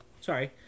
sorry